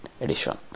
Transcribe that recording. edition